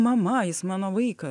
mama jis mano vaikas